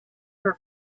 her